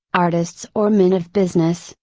artists or men of business,